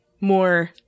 more